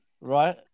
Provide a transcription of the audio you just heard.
right